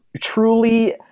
truly